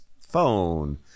phone